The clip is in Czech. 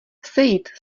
sejít